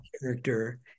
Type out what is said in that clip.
character